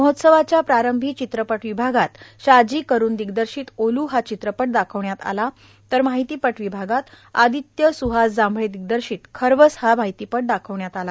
महोत्सवाच्या प्रारंभी चित्रपट विभागात शाजी करून दिग्दर्शित ओलू हा चित्रपट दाखवण्यात आला तर माहिती पट विभागात आदित्य स्हास जांभळे दिग्दर्शित खरवस हा माहितीपट दाखवण्यात आला